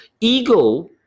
ego